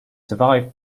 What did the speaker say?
survived